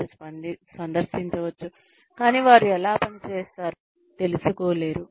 వారు సందర్శించవచ్చు కానీ వారు ఎలా పని చేస్తారో తెలుసుకోలేరు